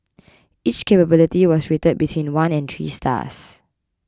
each capability was rated between one and three stars